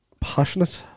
passionate